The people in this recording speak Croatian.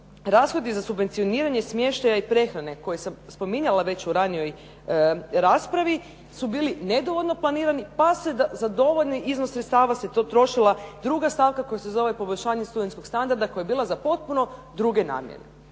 rashodi za subvencioniranje smještaja i prehrane koje sam spominjala već u ranijoj raspravi su bili nedovoljno planirani pa se za dovoljni iznos sredstava se tu trošila druga stavka koja se zove poboljšanje studentskog standarda koja je bila za potpuno druge namjene.